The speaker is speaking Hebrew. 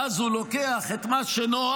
ואז הוא לוקח את מה שנוח,